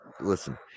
Listen